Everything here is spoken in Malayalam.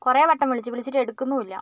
കുറെ വട്ടം വിളിച്ചു വിളിച്ചിട്ട് എടുക്കുന്നില്ല